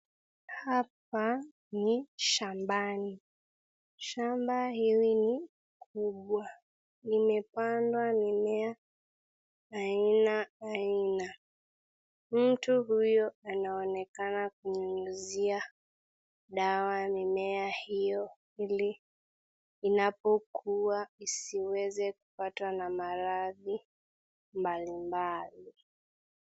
Hapa ni shambani. Shamba hili ni kubwa, limepandwa mimea aina aina. Mtu huyo anaonekana kunyunyizia dawa mimea hiyo ili inapokua isiweze kupatwa na maradhi mbali mbali